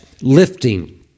lifting